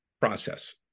process